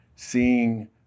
seeing